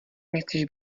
nechceš